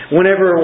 Whenever